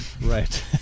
right